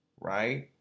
right